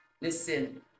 Listen